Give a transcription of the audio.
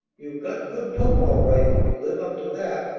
you've got good dope all right. if you live up to that,